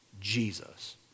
Jesus